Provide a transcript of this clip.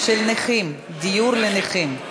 של נכים, דיור לנכים.